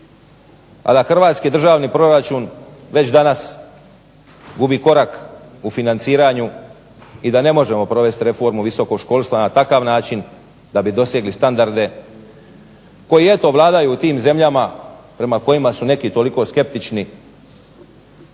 a da hrvatski državni proračun već danas gubi korak u financiranju i da ne možemo provesti reformu visokog školstva na takav način da bi dosegli standarde koji eto vladaju u tim zemljama prema kojima su neki toliko skeptični.